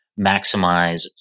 maximize